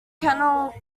kennel